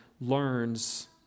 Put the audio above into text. learns